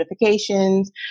notifications